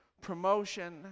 promotion